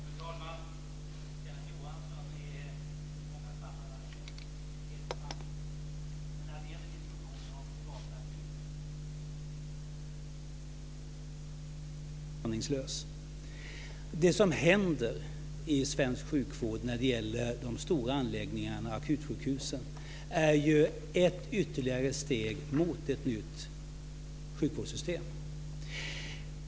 Fru talman! Kenneth Johansson är i många sammanhang en hedersman. Men när det gäller diskussionen om privata sjukhus är han lite aningslös. Det som händer i svensk sjukvård när det gäller de stora anläggningarna och akutsjukhusen är ett ytterligare steg mot ett nytt sjukvårdssystem.